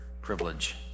privilege